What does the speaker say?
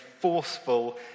forceful